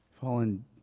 fallen